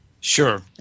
Sure